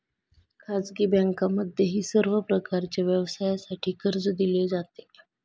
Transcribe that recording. खाजगी बँकांमध्येही सर्व प्रकारच्या व्यवसायासाठी कर्ज दिले जाते